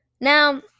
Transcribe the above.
Now